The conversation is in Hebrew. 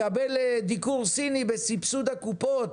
לקבל דיקור סיני בסבסוד הקופות,